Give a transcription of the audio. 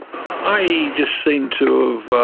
i just seem to have